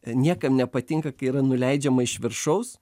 niekam nepatinka kai yra nuleidžiama iš viršaus